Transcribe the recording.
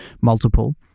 multiple